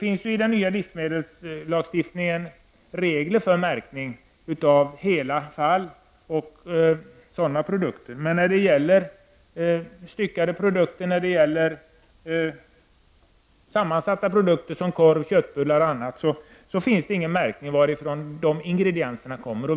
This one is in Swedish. I den nya livsmedelslagstiftningen ingår regler för märkning av hela produkter. Men i fråga om styckade och sammansatta produkter såsom korv och köttbullar förekommer inga regler för märkning. Vi får inte veta varifrån ingredienserna kommer.